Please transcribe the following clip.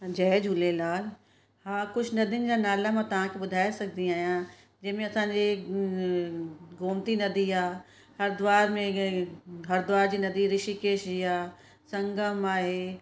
जय झूलेलाल हा कुझु नदियुनि जा नाला मां तव्हांखे ॿुधाए सघंदी आहियां जंहिंमें असांजे गोमती नदी आहे हरिद्वार में हरिद्वार जी नदी ऋषिकेश जी आहे संगम आहे